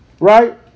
Right